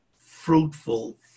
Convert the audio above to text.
fruitful